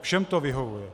Všem to vyhovuje.